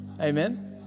Amen